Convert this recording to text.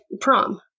prom